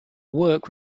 work